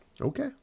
Okay